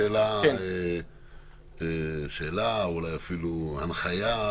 שאלה אליך או אפילו הנחייה